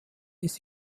ist